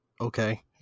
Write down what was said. Okay